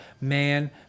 Man